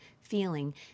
feeling